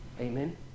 Amen